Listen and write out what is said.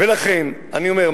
ולכן אני אומר,